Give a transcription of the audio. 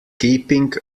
keeping